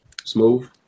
Smooth